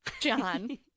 John